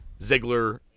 Ziggler